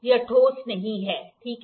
यह ठोस नहीं है ठीक है